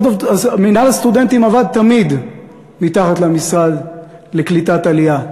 מינהל הסטודנטים עבד תמיד מתחת למשרד לקליטת עלייה,